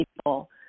people